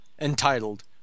entitled